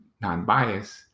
non-biased